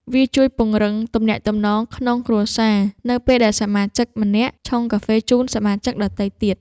វាជួយពង្រឹងទំនាក់ទំនងក្នុងគ្រួសារ នៅពេលដែលសមាជិកម្នាក់ឆុងកាហ្វេជូនសមាជិកដទៃទៀត។